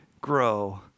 grow